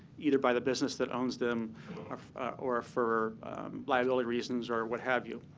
either by the business that owns them or for liability reasons or what have you.